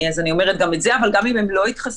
אני אומרת גם את זה אבל גם אם הם לא יתחסנו,